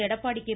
Edappadi K